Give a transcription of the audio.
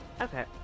Okay